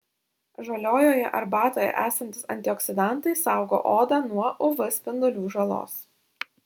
žaliojoje arbatoje esantys antioksidantai saugo odą nuo uv spindulių žalos